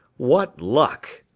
what luck?